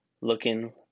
looking